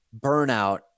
burnout